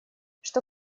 что